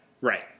Right